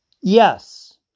Yes